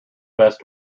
best